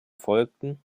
folgten